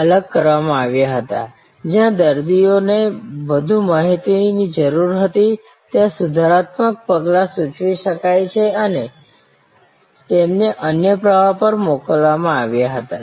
અલગ કરવામાં આવ્યા હતા જ્યાં દર્દીઓ ને વધુ માહિતીની જરૂર હતી ત્યાં સુધારાત્મક પગલાં સૂચવી શકાય છે અને તેમને અન્ય પ્રવાહ પર મોકલવામાં આવ્યા હતા